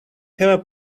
have